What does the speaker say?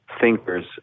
thinkers